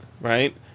right